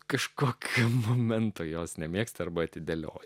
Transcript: kažkokį momentą jos nemėgsta arba atidėlioti